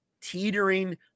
teetering